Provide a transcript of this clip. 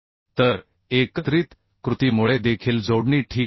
तर एकत्रित कृतीमुळे देखील जोडणी ठीक आहे